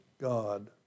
God